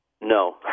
No